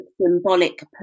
symbolic